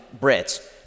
Brits